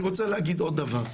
אני רוצה להגיד עוד דבר,